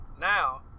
now